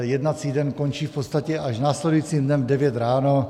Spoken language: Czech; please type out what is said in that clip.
Jednací den končí v podstatě až následujícím dnem v devět ráno.